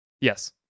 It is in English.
yes